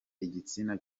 igitsina